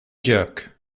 jerk